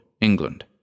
England